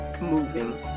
moving